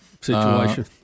situation